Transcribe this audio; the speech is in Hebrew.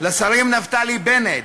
לשר נפתלי בנט